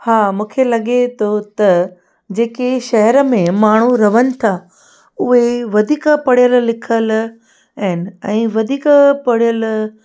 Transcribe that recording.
हा मूंखे लॻे थो त जेके शहर में माण्हू रहनि था उहे वधीक पढ़ियल लिखियल आहिनि ऐं वधीक पढ़ियल